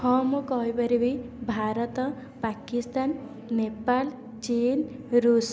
ହଁ ମୁଁ କହିପାରିବି ଭାରତ ପାକିସ୍ତାନ ନେପାଳ ଚୀନ୍ ଋଷ୍